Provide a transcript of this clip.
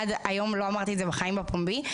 עד היום לא אמרתי את זה בחיים בפומבי,